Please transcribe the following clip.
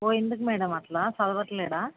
ఓ ఎందుకు మ్యాడమ్ అట్లా చదవట్లేడా